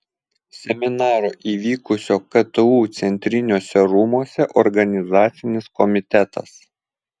seminaro įvykusio ktu centriniuose rūmuose organizacinis komitetas